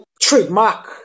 trademark